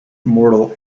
mortal